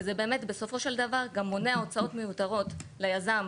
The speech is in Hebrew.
זה באמת בסופו של דבר מונע הוצאות מיותרות ליזם.